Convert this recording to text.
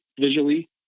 visually